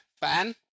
fan